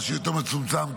מה שיותר מצומצם,